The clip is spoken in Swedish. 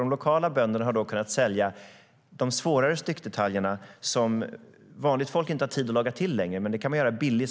De lokala bönderna har kunnat sälja de svårare styckdetaljerna, som vanligt folk inte längre har tid att laga till.